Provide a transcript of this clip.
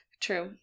True